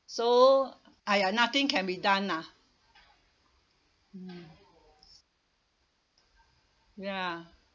so !aiya! nothing can be done lah mm ya